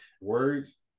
words